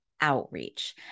outreach